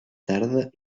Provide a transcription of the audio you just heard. tarda